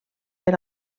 per